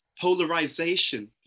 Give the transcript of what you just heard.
polarization